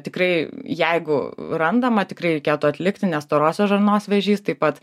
tikrai jeigu randama tikrai reikėtų atlikti nes storosios žarnos vėžys taip pat